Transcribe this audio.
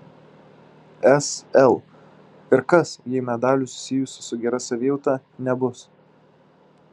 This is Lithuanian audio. s l ir kas jei medalių susijusių su gera savijauta nebus